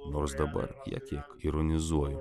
nors dabar tiek kiek ironizuoju